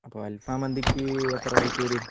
അപ്പോൾ അൽഫം മന്തിക്ക് എത്ര റേറ്റ് വരും